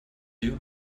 you